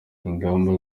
ingamba